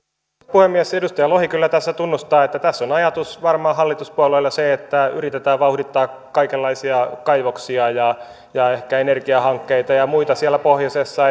puhemies edustaja lohi kyllä tässä tunnustaa että tässä on ajatus hallituspuolueilla varmaan se että yritetään vauhdittaa kaikenlaisia kaivoksia ja ja ehkä energiahankkeita ja muita siellä pohjoisessa